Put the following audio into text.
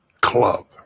club